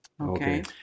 Okay